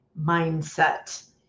Mindset